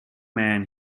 man